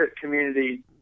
community